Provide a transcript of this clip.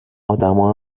ادمها